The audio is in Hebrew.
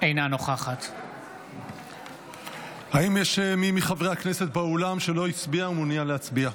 אינה נוכחת האם יש מי מחברי הכנסת באולם שלא הצביע ומעוניין להצביע?